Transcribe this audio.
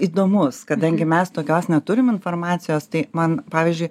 įdomus kadangi mes tokios neturim informacijos tai man pavyzdžiui